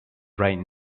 right